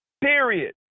Period